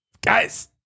guys